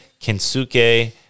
Kensuke